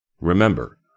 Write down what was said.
Remember